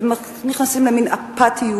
ונכנסים למין אפאתיות